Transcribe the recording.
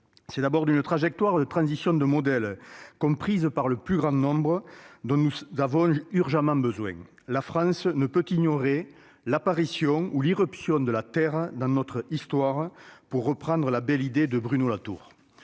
C'est d'abord d'une trajectoire de transition de modèle, comprise par le plus grand nombre, dont nous avons urgemment besoin. La France ne peut ignorer « l'apparition ou l'irruption du terrestre dans notre Histoire », pour reprendre la belle idée de Bruno Latour.